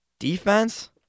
defense